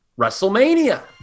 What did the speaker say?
WrestleMania